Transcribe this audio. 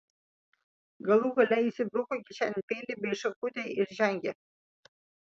galų gale įsibruko kišenėn peilį bei šakutę ir žengė